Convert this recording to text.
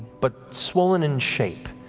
but swollen in shape,